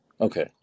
Okay